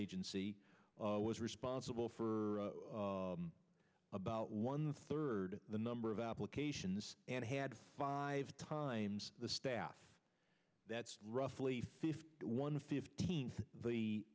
agency was responsible for about one third the number of applications and had five times the staff that's roughly fifty one fifteenth the